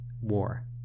war